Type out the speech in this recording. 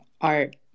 art